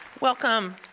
Welcome